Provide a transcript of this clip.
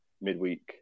midweek